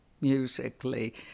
musically